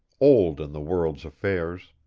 old in the world's affairs.